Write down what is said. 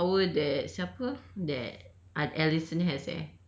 I think ah the super power that siapa that